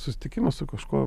susitikimas su kažkuo